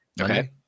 okay